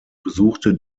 besuchte